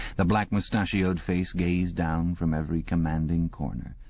the blackmoustachio'd face gazed down from every commanding corner.